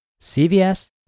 CVS